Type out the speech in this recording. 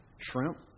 Shrimp